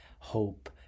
Hope